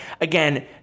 again